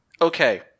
Okay